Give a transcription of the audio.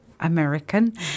american